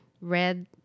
red